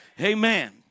Amen